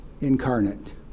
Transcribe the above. incarnate